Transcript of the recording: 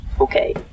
Okay